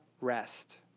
rest